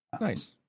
Nice